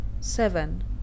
seven